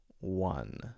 one